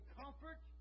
comfort